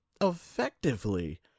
effectively